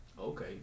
okay